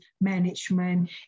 management